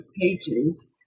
pages